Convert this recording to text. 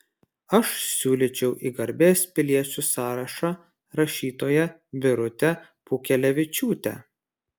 aš siūlyčiau į garbės piliečių sąrašą rašytoją birutę pūkelevičiūtę